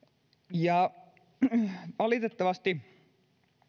valitettavasti